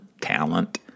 talent